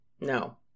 No